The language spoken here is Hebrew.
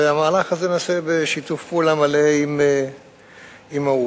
ונעשה בשיתוף פעולה מלא עם האו"ם.